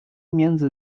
między